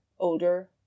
Older